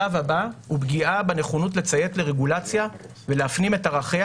השלב הבא הוא פגיעה בנכונות לציית לרגולציה ולהפנים את ערכיה,